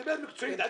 תדבר מקצועית.